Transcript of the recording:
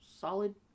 solid